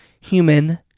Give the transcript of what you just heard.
human